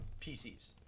PCs